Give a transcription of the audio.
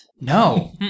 No